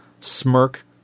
Smirk